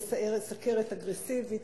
זו סוכרת אגרסיבית,